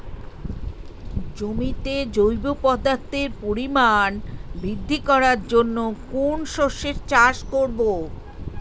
জমিতে জৈব পদার্থের পরিমাণ বৃদ্ধি করার জন্য কোন শস্যের চাষ করবো?